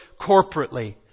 corporately